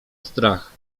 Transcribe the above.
strach